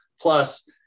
Plus